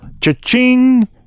cha-ching